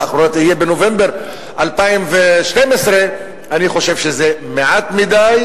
האחרונה תהיה בנובמבר 2012 אני חושב שזה מעט מדי